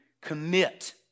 commit